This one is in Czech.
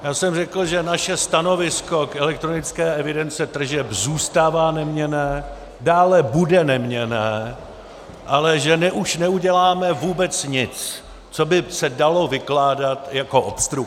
Já jsem řekl, že naše stanovisko k elektronické evidenci tržeb zůstává neměnné, dále bude neměnné, ale že už neuděláme vůbec nic, co by se dalo vykládat jako obstrukce.